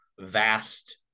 vast